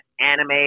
anime